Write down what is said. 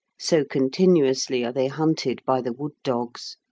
so continuously are they hunted by the wood-dogs.